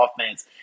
offense